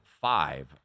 five